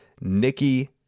Nikki